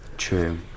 True